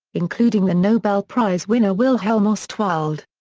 including the nobel prize winner wilhelm ostwald.